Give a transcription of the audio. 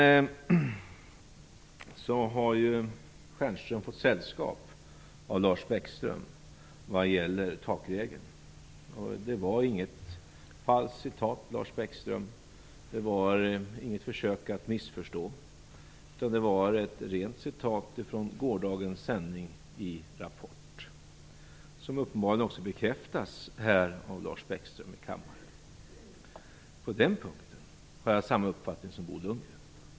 Michael Stjernström har nu fått sällskap av Lars Bäckström vad gäller takregeln. Det var inget falskt citat, Lars Bäckström, och det var inget försök att missförstå, utan det var ett rent citat från gårdagens sändning i Rapport som uppenbarligen bekräftas av Lars Bäckström här i kammaren. På den punkten har jag samma uppfattning som Bo Lundgren.